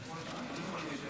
אדוני היושב